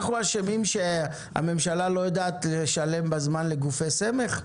אנחנו אשמים שהממשלה לא יודעת לשלם בזמן לגופי סמך?